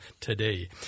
today